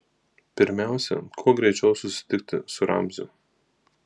pirmiausia kuo greičiau susitikti su ramziu